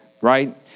right